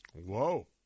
Whoa